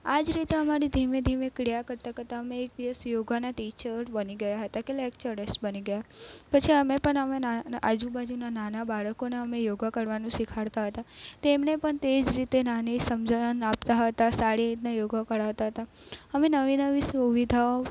આ જ રીતે અમારી ધીમે ધીમે ક્રિયા કરતાં કરતાં અમે એક દિવસ યોગના ટિચર બની ગયા હતા કે લેક્ચળર્સ બની ગયા પછી અમે પણ અમે ના ના આજુબાજુના નાના બાળકોને અમે યોગા કરવાનું શીખવાડતા હતા તેમણે પણ તે જ રીતે નાની સમજણ આપતા હતા સારી રીતના યોગા કરાવતા હતા અમે નવી નવી સુવિધાઓ